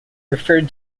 referred